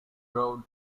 road